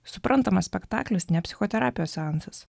suprantama spektaklis ne psichoterapijos seansas